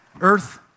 Earth